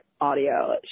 audio